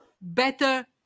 Better